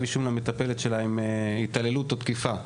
אישום למטפלת שלה עם התעללות או תקיפה?